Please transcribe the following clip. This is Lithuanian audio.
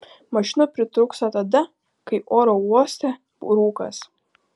mašinų pritrūksta tada kai oro uoste rūkas